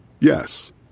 Yes